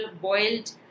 boiled